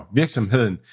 virksomheden